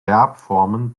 verbformen